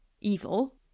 evil